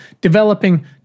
developing